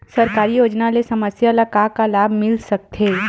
सरकारी योजना ले समस्या ल का का लाभ मिल सकते?